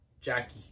Jackie